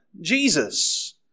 Jesus